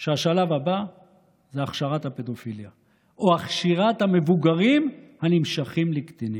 שהשלב הבא הוא הכשרת הפדופיליה או הכשרת המבוגרים הנמשכים לקטינים.